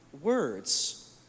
words